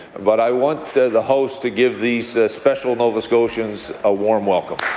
but i want the house to give these special nova scotians a warm welcome.